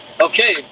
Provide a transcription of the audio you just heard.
Okay